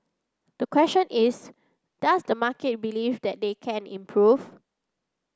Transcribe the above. the question is does the market believe that they can improve